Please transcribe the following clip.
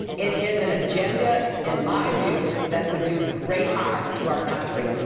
it is an agenda, in my view, that would do great harm to our country.